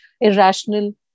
irrational